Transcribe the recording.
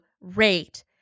rate